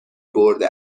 برده